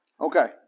okay